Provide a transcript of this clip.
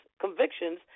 convictions